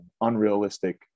unrealistic